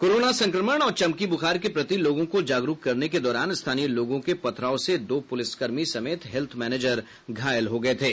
corona और संक्रमण औरा चमकी बुखार के प्रति लोगों को जागरूक करने के दौरान स्थानीय लोगों के पत्थराव से दो पुलिसकर्मी समेत हेत्थ मैनेजर घायल हुए थे